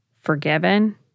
forgiven